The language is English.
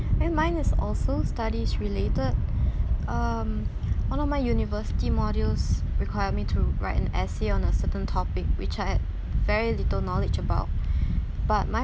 and mine is also studies related um one of my university modules require me to write an essay on a certain topic which I had very little knowledge about but my